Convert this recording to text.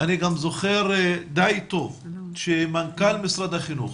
אני גם זוכר די טוב שמנכ"ל משרד החינוך